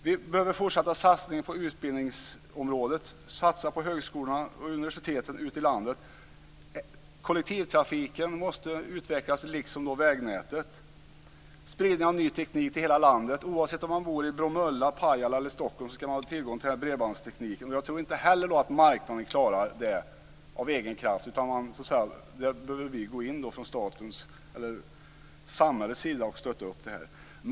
Vi behöver olika satsningar på utbildningsområdet, på högskolorna och universiteten ute i landet. Kollektivtrafiken liksom vägnätet måste då utvecklas. Ny teknik behöver spridas till hela landet. Oavsett om man bor i Bromölla, Pajala eller Stockholm ska man ha tillgång till bredbandstekniken. Jag tror inte att marknaden klarar det av egen kraft, utan där bör vi gå in och stötta upp från samhällets sida.